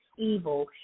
evil